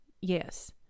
Yes